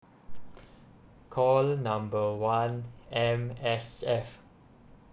called number one M_S_F